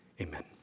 amen